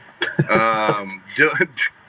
dylan